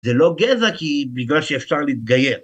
זה לא גזע כי בגלל שאפשר להתגייר.